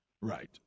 Right